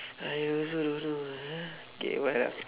I also don't know ah ha K what ah